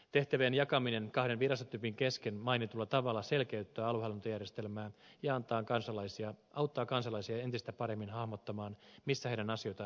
tehtävien jakaminen kahden virastotyypin kesken mainitulla tavalla selkeyttää aluehallintojärjestelmää ja auttaa kansalaisia entistä paremmin hahmottamaan missä heidän asioitaan hoidetaan